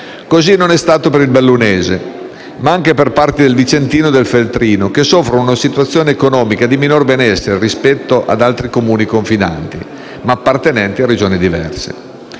così non è stato per il bellunese, ma anche per parti del vicentino e del feltrino che soffrono una situazione economica di minor benessere rispetto ad altri comuni confinanti, ma appartenenti a Regioni diverse.